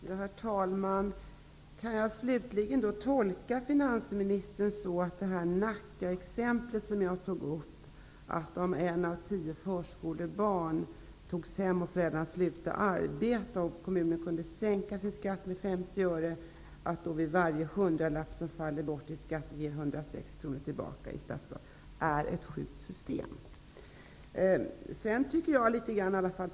Herr talman! Jag tog upp ett exempel från Nacka. Om ett av tio förskolebarn togs hem och föräldrarna slutade arbeta skulle kommunen kunna sänka skatten med 50 öre. För varje hundralapp som faller bort i skatt ges 106 kr tillbaka i statsbidrag. Kan jag tolka finansministern som att detta är ett sjukt system?